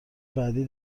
بعدی